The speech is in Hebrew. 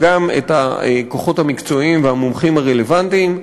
גם את הכוחות המקצועיים והמומחים הרלוונטיים,